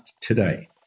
today